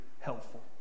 helpful